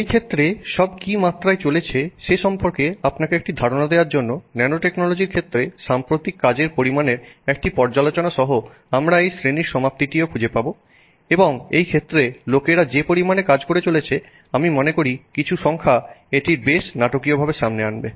এই ক্ষেত্রে সব কী মাত্রায় চলেছে সে সম্পর্কে আপনাকে একটি ধারণা দেওয়ার জন্য ন্যানোটেকনোলজির ক্ষেত্রে সাম্প্রতিক কাজের পরিমাণের একটি পর্যালোচনা সহ আমরা এই শ্রেণীর সমাপ্তিটিও খুঁজে পাব এবং এই ক্ষেত্রে লোকেরা যে পরিমাণে কাজ করে চলেছে আমি মনে করি কিছু সংখ্যা এটি বেশ নাটকীয়ভাবে সামনে আনবে